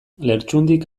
lertxundik